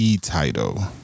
title